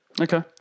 okay